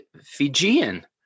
Fijian